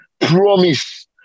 promise